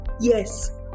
Yes